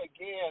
again